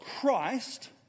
Christ